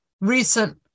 recent